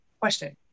question